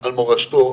על מורשתו.